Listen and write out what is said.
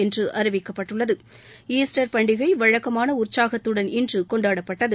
என்று அறிவிக்கப்பட்டுள்ளது ஈஸ்டர் பண்டிகை வழக்கமான உற்சாகத்துடன் இன்று கொண்டாடப்பட்டது